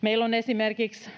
Meillä esimerkiksi